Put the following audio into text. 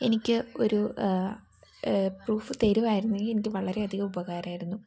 എനിക്ക് ഒരു പ്രൂഫ് തരികയായിരുന്നെങ്കിൽ എനിക്ക് വളരെയധികം ഉപകാരമായിരുന്നു